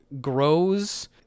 grows